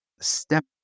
step